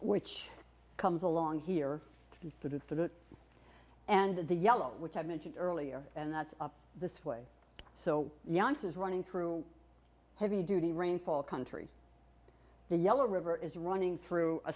which comes along here to and the yellow which i mentioned earlier and that's the way so youngsters running through heavy duty rainfall country the yellow river is running through a